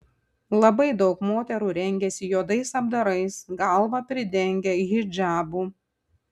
labai daug moterų rengiasi juodais apdarais galvą pridengia hidžabu